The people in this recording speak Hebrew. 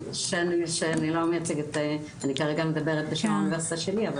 אני כרגע מדברת בשם האוניברסיטה שלי אבל